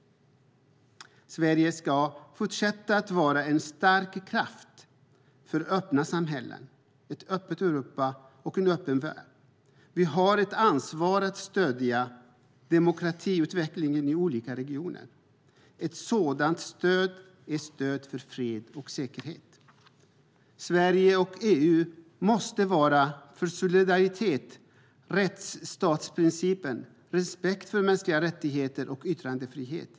Sverige ska fortsätta att vara en stark kraft för öppna samhällen, ett öppet Europa och en öppen värld. Vi har ett ansvar att stödja demokratiutvecklingen i olika regioner. Ett sådant stöd är stöd för fred och säkerhet. Sverige och EU måste verka för solidaritet, rättstatsprincipen, respekt för mänskliga rättigheter och yttrandefrihet.